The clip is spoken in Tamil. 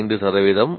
5 சதவீதம்